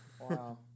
Wow